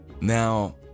Now